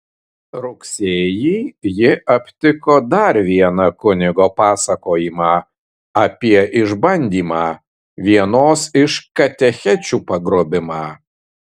rugsėjį ji aptiko dar vieną kunigo pasakojimą apie išbandymą vienos iš katechečių pagrobimą